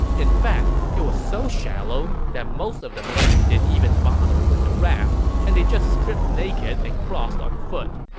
in fact, it was so shallow that most of the men didn't even bother with the rafts and just stripped naked and crossed on foot.